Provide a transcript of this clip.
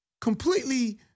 completely